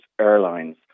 airlines